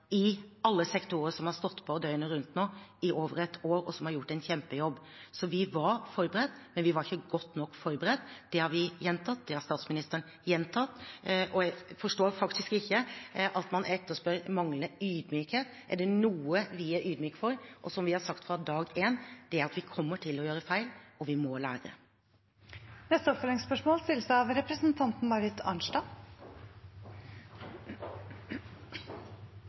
i alle sektorer som har stått på døgnet rundt nå i over et år, og som har gjort en kjempejobb. Så vi var forberedt, men vi var ikke godt nok forberedt. Det har vi gjentatt, og det har statsministeren gjentatt. Og jeg forstår faktisk ikke at man etterspør manglende ydmykhet. Er det noe vi er ydmyke overfor, og som vi har sagt fra dag én, er det at vi kommer til å gjøre feil, og vi må lære. Marit Arnstad – til oppfølgingsspørsmål.